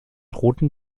roten